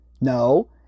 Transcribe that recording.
No